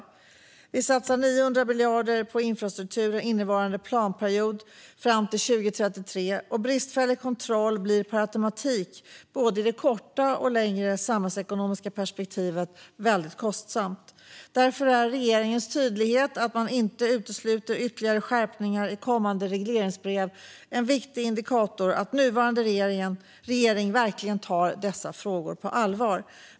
Regeringen satsar 900 miljarder på infrastruktur i innevarande planperiod fram till 2033, och bristfällig kontroll blir per automatik både i det korta och i det längre samhällsekonomiska perspektivet väldigt kostsamt. Regeringen är tydlig med att man inte utesluter ytterligare skärpningar i kommande regleringsbrev. Detta är en viktig indikator på att den nuvarande regeringen verkligen tar dessa frågor på allvar. Fru talman!